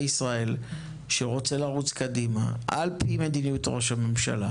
ישראל שרוצה לרוץ קדימה על פי מדיניות ראש הממשלה